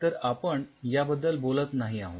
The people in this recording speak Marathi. तर आपण याबद्दल बोलत नाही आहोत